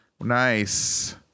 Nice